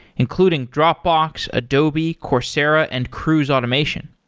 including dropbox, adobe, coursera and cruise automation.